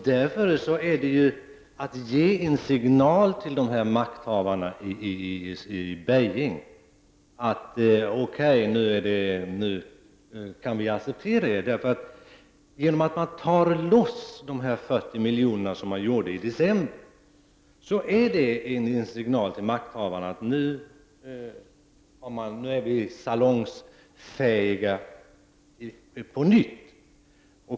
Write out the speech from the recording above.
Därför är det här en signal till makthavarna i Beijing av innebörden: Okej, nu kan vi acceptera er. Genom att, som skedde i december, ta loss de 40 miljonerna får makthavarna en signal som får dem att tänka: Nu är vi åter salongsfähiga.